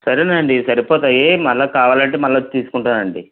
సరే అండి ఇవి సరిపోతాయి మళ్ళా కావాలంటే మళ్ళా వచ్చి తీసుకుంటాను అండి